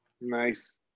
nice